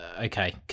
okay